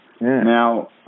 Now